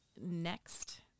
next